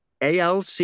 ALC